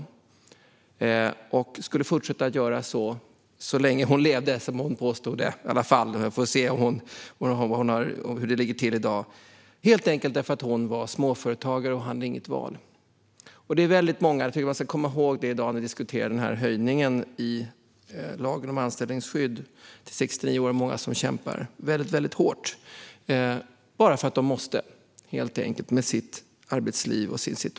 Hon påstod att hon skulle fortsätta att göra detta så länge hon levde - vi får väl se hur det ligger till i dag - helt enkelt för att hon var småföretagare och inte hade något val. När vi i dag diskuterar höjningen i lagen om anställningsskydd till 69 år tycker jag att vi ska komma ihåg att det är många som kämpar väldigt hårt med sitt arbetsliv och sin situation - helt enkelt bara för att de måste.